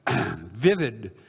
vivid